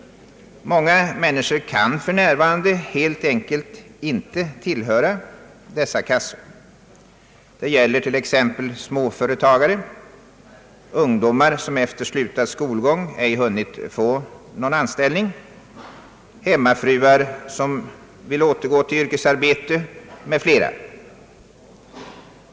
Många människor kan för närvarande helt enkelt inte tillhöra dessa kassor. Det gäller t.ex. småföretagare, ungdomar som efter slutad skolgång ej hunnit få någon anställning, hemmafruar som vill återgå till yrkesarbete m.fl.